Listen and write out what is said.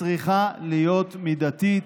צריכה להיות מידתית,